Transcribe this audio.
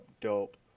dope